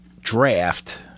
draft